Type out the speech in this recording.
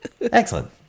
Excellent